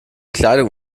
kleidung